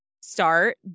start